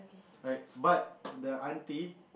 alright but the auntie